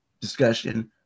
discussion